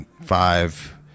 five